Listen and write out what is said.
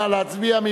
נא להצביע.